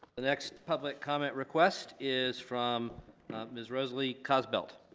next public comment request is from miss rosalie cosbelt.